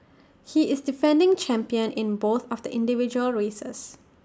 he is the defending champion in both of the individual races